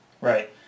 Right